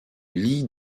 lie